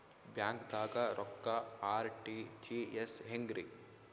ಬ್ಯಾಂಕ್ದಾಗ ರೊಕ್ಕ ಆರ್.ಟಿ.ಜಿ.ಎಸ್ ಹೆಂಗ್ರಿ?